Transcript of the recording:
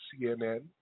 CNN